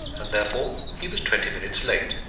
and therefore he was twenty minutes late.